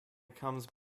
comes